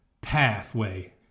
pathway